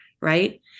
right